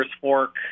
Fork